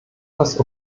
das